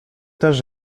też